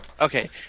Okay